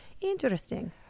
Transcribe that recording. Interesting